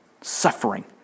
Suffering